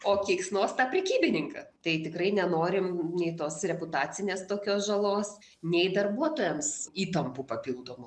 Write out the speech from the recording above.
o keiksnos tą prekybininką tai tikrai nenorim nei tos reputacinės tokios žalos nei darbuotojams įtampų papildomų